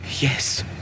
Yes